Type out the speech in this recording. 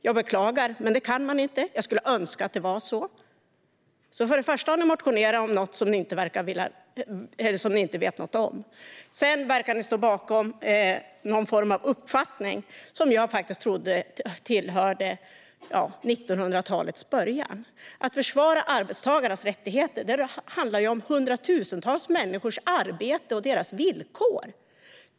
Jag beklagar, men det kan man inte. Jag önskar att det var så. Ni har alltså motionerat om något som ni inte vet något om. Dessutom verkar ni stå bakom en uppfattning som jag trodde tillhörde 1900-talets början. Att försvara arbetstagarnas rättigheter handlar om hundratusentals människors arbete och villkor.